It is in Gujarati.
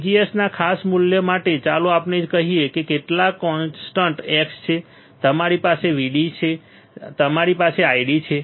VGS ના ખાસ મૂલ્ય માટે ચાલો આપણે કહીએ કે કેટલાક કોન્સ્ટન્ટ x છે અમારી પાસે VDS છે અમારી પાસે ID છે